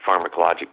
pharmacologic